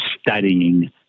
studying